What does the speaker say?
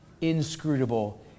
inscrutable